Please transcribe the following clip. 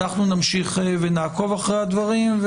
אנחנו נמשיך ונעקוב אחרי הדברים.